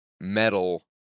metal